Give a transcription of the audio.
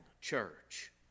church